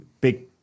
big